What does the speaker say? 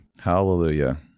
Hallelujah